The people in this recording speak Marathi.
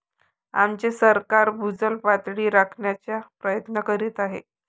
आमचे सरकार भूजल पातळी राखण्याचा प्रयत्न करीत आहे